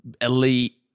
elite